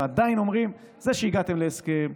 ועדיין אומרים: זה שהגעתם להסכם,